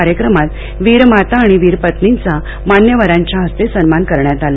कार्यक्रमात वीर माता आणि वीर पत्नींचा मान्यवरांच्या हस्ते सन्मान करण्यात आला